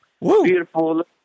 Beautiful